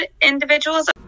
individuals